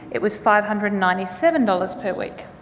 it was five hundred and ninety seven dollars per week.